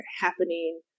happening